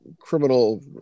criminal